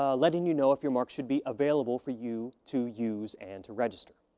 ah letting you know if your mark should be available for you to use and to register.